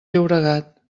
llobregat